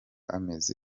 amezi